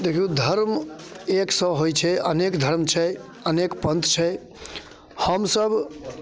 देखियौ धर्म एक सए होइत छै अनेक धर्म छै अनेक पंथ छै हमसभ